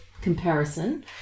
comparison